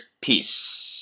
peace